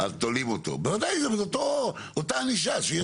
אז תולים אותו, בוודאי זה אותו אותה ענישה.